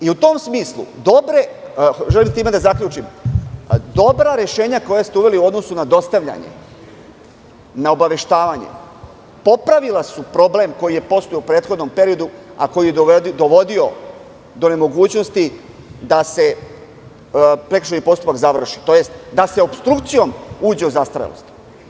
U tom smislu, želim time da zaključim, dobra rešenja koja ste uveli u odnosu na dostavljanje, na obaveštavanje su popravila problem koji je postojao u prethodnom periodu a koji je dovodio do nemogućnosti da se prekršajni postupak završi, tj. da se opstrukcijom uđe u zastarelost.